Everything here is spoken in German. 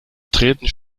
treten